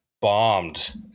bombed